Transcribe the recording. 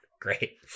Great